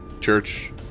church